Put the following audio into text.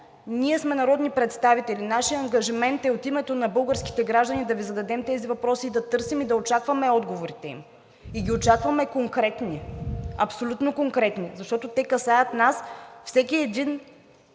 Ние сме народни представители, нашият ангажимент е от името на българските граждани да Ви зададем тези въпроси и да търсим, и да очакваме отговорите им. И ги очакваме абсолютно конкретни, защото те касаят нас, всеки един